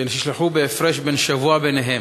שנשלחו בהפרש של שבוע ביניהן.